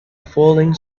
falling